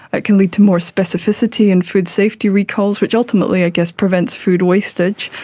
it can lead to more specificity and food safety recalls which ultimately i guess prevents food wastage.